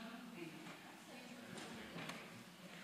רם בן ברק, יואב סגלוביץ', יואל